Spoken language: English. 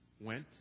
went